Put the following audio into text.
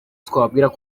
twababwiraga